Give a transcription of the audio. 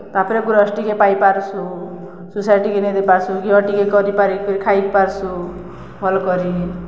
ତା'ପରେ ଗୁରସ୍ ଟିକେ ପାଇପାର୍ସୁ ସୋସାଇଟିକେ ନେଇଦେଇପାର୍ସୁ ଘିଅ ଟିକେ କରିପାରି କରି ଖାଇପାର୍ସୁ ଭଲ୍ କରି